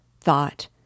thought